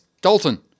Dalton